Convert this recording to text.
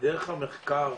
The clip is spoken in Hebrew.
ודרך המחקר,